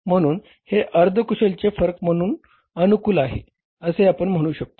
म्हणून हे अर्धकुशलचे फरक अनुकूल आहे असे आपण म्हणू शकतो